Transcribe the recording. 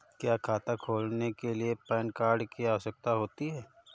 क्या खाता खोलने के लिए पैन कार्ड की आवश्यकता होती है?